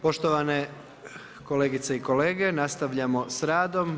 Poštovane kolegice i kolege, nastavljamo s radom.